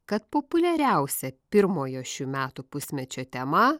kad populiariausia pirmojo šių metų pusmečio tema